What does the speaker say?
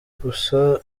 gusa